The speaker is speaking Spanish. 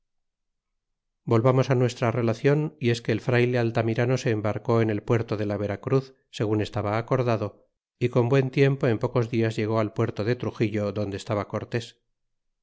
volvamos á nuestra relacion y es que el frayle altamirano se embarcó en dl puerto de la vera cruz segun estaba acordado y ü con buen tiempo en pocos dias llegó al puerto de truxillo donde estaba cortés